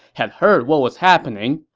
had heard what was happening.